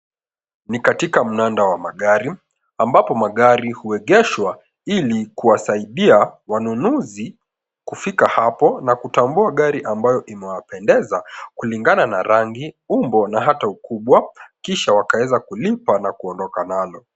Ni katika mnanda wa magari ambapo magari huegeshwa ili kuwasaidia wanunuzi kufika hapo na kutambua gari ambayo imewapendeza kuliangana na rangi umbo na hata ukubwa kisha wakaeza kulipa na kuondoka nalo.